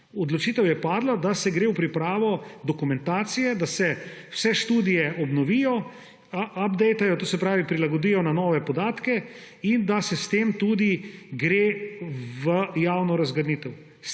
Odločitev je padla, da se gre v pripravo dokumentacije, da se vse študije obnovijo, updatajo, to se pravi, prilagodijo na nove podatke in da se s tem tudi gre v javno razgrnitev